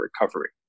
recovery